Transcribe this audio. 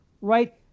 Right